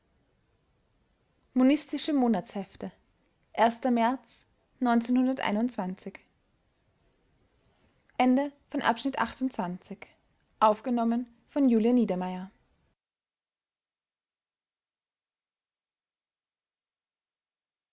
monistische monatshefte märz